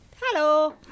Hello